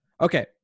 Okay